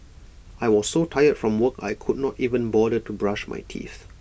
I was so tired from work I could not even bother to brush my teeth